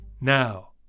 Now